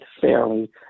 fairly